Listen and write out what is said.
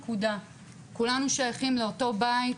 כולנו שייכים לאותו בית,